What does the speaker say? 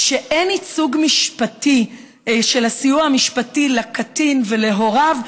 כשאין ייצוג משפטי של הסיוע המשפטי לקטין ולהוריו,